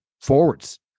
forwards